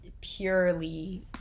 purely